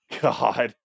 God